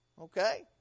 Okay